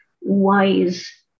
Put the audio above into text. wise